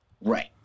Right